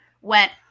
went